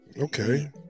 Okay